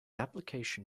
application